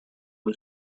who